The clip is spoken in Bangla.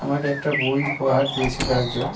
আমাকে একটা বই উপহার দিয়েছিল একজন